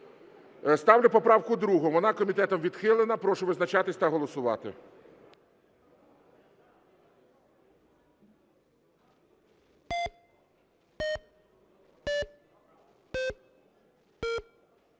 Ставлю поправку 2. Вона комітетом відхилена. Прошу визначатися та голосувати.